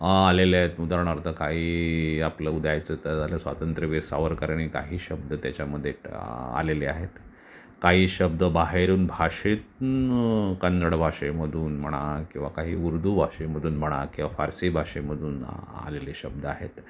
आलेले आहेत उदाहरणार्थ काही आपलं उ द्यायचं तर झालं स्वातंत्र्यवीर सावरकरांनी काही शब्द त्याच्यामध्ये आलेले आहेत काही शब्द बाहेरून भाषेतनं कन्नड भाषेमधून म्हणा किंवा काही उर्दू भाषेमधून म्हणा किंवा पारसी भाषेमधून आलेले शब्द आहेत